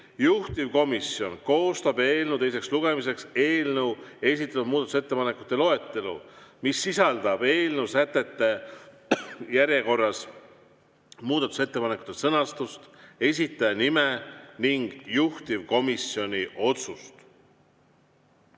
"Juhtivkomisjon koostab eelnõu teiseks lugemiseks eelnõule esitatud muudatusettepanekute loetelu, mis sisaldab eelnõu sätete järjekorras muudatusettepaneku sõnastust, esitaja nime ning juhtivkomisjoni otsust."